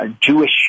Jewish